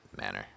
manner